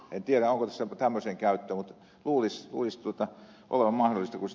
en tiedä onko tästä tämmöiseen käyttöön mutta luulisi olevan mahdollista